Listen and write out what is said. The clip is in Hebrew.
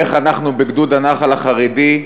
איך אנחנו, בגדוד הנח"ל החרדי,